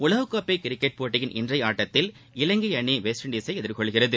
உலகக் கோப்பை கிரிக்கெட் போட்டியின் இன்றைய ஆட்டத்தில் இலங்கை அணி வெஸ்ட்இண்டீஸை எதிர்கொள்கிறது